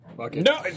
no